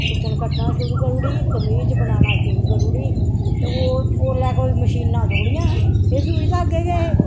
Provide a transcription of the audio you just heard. सुत्थन कट्टना शुरू करूड़ी ही कमीच बनाना शुरू करी उड़ी ही ते ओह् ओल्लै कोई मशीनां थोह्ड़ियां हा एह् सुई धागे गै हे